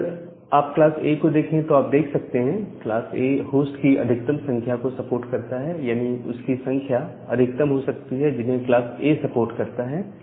अगर आप class A को देखें तो आप देख सकते हैं क्लास A होस्ट की अधिकतम संख्या को सपोर्ट करता है यानी उसकी संख्या अधिकतम हो सकती है जिन्हें क्लास A सपोर्ट करता है